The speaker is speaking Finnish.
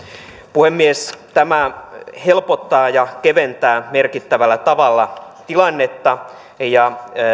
puhemies tämä helpottaa ja keventää merkittävällä tavalla tilannetta ja